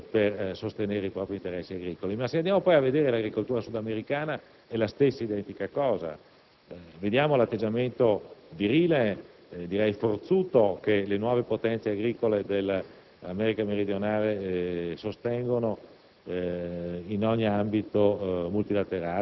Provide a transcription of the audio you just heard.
democratici e repubblicani fanno le barricate per sostenere i propri interessi agricoli. Se andiamo poi a vedere l'agricoltura sudamericana accade la stessa identica: assistiamo ad un atteggiamento virile, direi forzuto, che le nuove potenze agricole dell'America meridionale sostengono